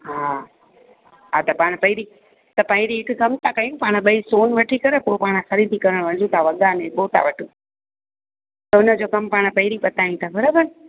हा हा त पाण पहिरीं त पहिरीं हिकु कमु था कयूं पाण ॿई सोन वठी करे पोइ पाण ख़रीदी करणु वञू था वॻा अने ॻोटा वटि सोन जो कमु पाण पहिरीं पतायूं था बराबरि